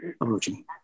approaching